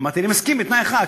אמרתי: אני מסכים בתנאי אחד,